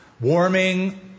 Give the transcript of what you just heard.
warming